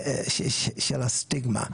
של הסטיגמה.